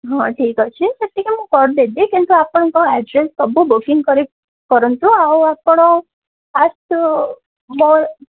ହଁ ଠିକ୍ ଅଛି ସେତିକି ମୁଁ କରିଦେବି କିନ୍ତୁ ଆପଣଙ୍କ ଆଡ୍ରେସ୍ ସବୁ ବୁକିଂ କରିକି କରନ୍ତୁ ଆଉ ଆପଣ ଫାର୍ଷ୍ଟ ମୋ